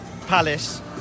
Palace